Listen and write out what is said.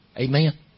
Amen